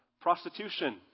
Prostitution